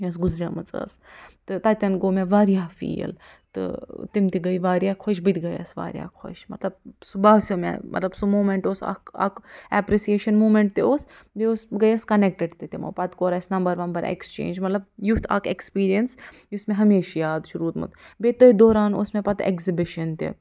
یۄس گُزرٲمٕژ ٲسۍ تہٕ تَتٮ۪ن گوٚو مےٚ واریاہ فیٖل تہٕ تِم تہِ گٔے واریاہ خۄش بہٕ تہِ گٔیَس واریاہ خۄش مطلب سُہ باسٮ۪و مےٚ مطلب سُہ موٗمٮ۪نٛٹہٕ اوس اَکھ اَکھ ایپرِسیشَن موٗمٮ۪نٛٹہٕ تہِ اوس بیٚیہِ اوس بہٕ گٔیَس کَنٮ۪کٹِڈ تہِ تِمَو پتہٕ کوٚر اَسہِ نمبر وَمبر ایکٕسچینٛج مطلب یُتھ اَکھ ایکٕسپریٖنَس یُس مےٚ ہمیشہِ یاد چھُ روٗدمُت بیٚیہِ تٔتھۍ دوران اوس مےٚ پتہٕ ایکزِبِشَن تہِ